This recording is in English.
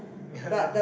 ya lah